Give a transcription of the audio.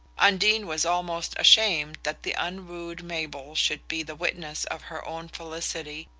undine was almost ashamed that the unwooed mabel should be the witness of her own felicity,